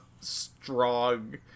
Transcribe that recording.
strong